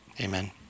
Amen